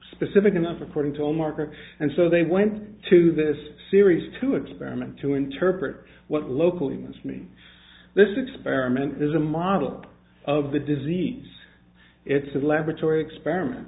specific enough according to market and so they went to this series to experiment to interpret what local in this mean this experiment is a model of the disease it's a laboratory experiment